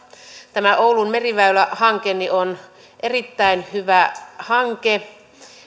tämä oulun meriväylähanke on erittäin hyvä hanke